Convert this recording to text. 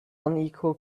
unequal